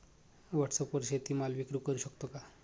व्हॉटसॲपवर शेती माल विक्री करु शकतो का?